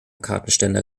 kartenständer